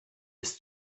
his